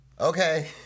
Okay